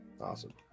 Awesome